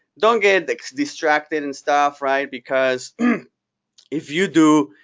don't get distracted, and stuff, right? because if you do,